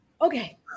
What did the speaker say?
okay